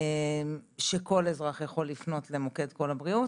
הבריאות, שכל אזרח יכול לפנות למוקד קול הבריאות.